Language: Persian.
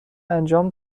انجام